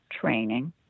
training